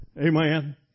Amen